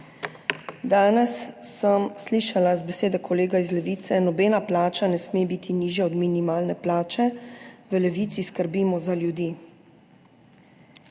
Danes sem slišala besede kolega iz Levice: »Nobena plača ne sme biti nižja od minimalne plače. V Levici skrbimo za ljudi.«